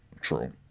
True